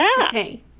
Okay